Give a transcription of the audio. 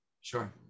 Sure